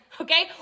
okay